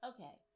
Okay